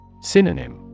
Synonym